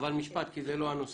אבל משפט, כי זה לא הנושא.